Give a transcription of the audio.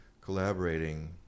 collaborating